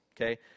okay